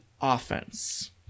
offense